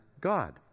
God